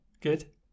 Good